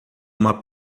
uma